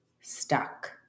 stuck